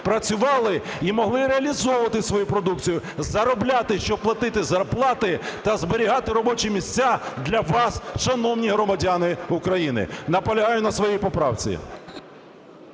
працювали і могли реалізовувати свою продукцію, заробляти, щоб платити зарплати та зберігати робочі місця для вас, шановні громадяни України. Наполягаю на своїй поправці.